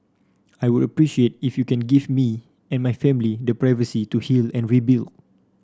I would appreciate if you can give me and my family the privacy to heal and rebuild